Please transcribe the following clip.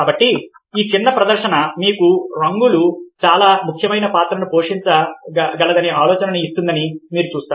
కాబట్టి ఈ చిన్న ప్రదర్శన మీకు రంగులు చాలా ముఖ్యమైన పాత్రను పోషించగలదనే ఆలోచనను ఇస్తుందని మీరు చూస్తారు